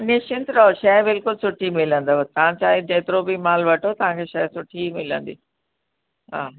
निश्चित रहो शइ बिल्कुलु सुठी मिलंदव तव्हां चाहे जेतिरो बि मालु वठो तव्हांखे शइ सुठी मिलंदी हा